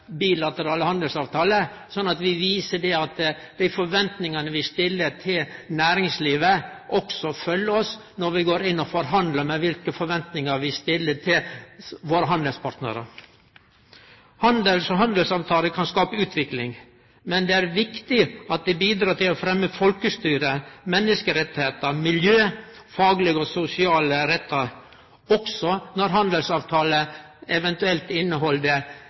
vi viser at dei forventningane vi stiller til næringslivet, også følgjer oss når vi går inn og forhandlar, og at vi viser kva slags forventningar vi stiller til våre handelspartnarar. Handel og handelsavtaler kan skape utvikling, men det er viktig at det bidreg til å fremme folkestyre, menneskerettar, miljø og faglege og sosiale rettar – også når handelsavtaler eventuelt